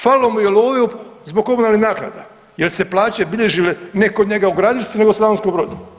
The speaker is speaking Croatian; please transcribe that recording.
Falilo mu je love zbog komunalnih naknada, jer su se plaće bilježile ne kod njega u Gradišci nego u Slavonskom Brodu.